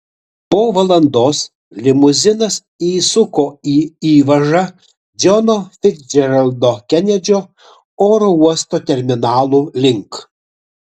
po valandos limuzinas įsuko į įvažą džono ficdžeraldo kenedžio oro uosto terminalų link